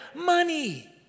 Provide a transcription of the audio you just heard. money